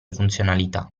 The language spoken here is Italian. funzionalità